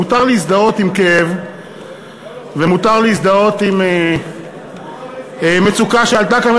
מותר להזדהות עם כאב ומותר להזדהות עם מצוקה שעלתה כאן,